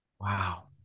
Wow